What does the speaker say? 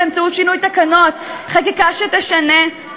באמצעות שינוי תקנות, חקיקה שתשנה,